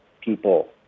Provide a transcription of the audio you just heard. people